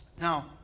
Now